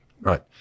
Right